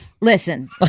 Listen